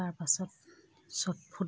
তাৰপাছত shot foot